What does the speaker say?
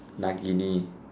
Nagini